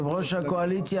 הקואליציה